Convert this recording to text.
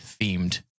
themed